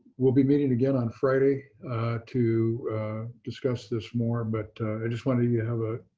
we'll be meeting again on friday to discuss this more. but i just wanted you to have a